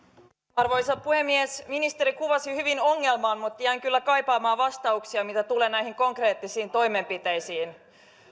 arvoisa puhemies ministeri kuvasi hyvin ongelmaa mutta jäin kyllä kaipaamaan vastauksia mitä tulee näihin konkreettisiin toimenpiteisiin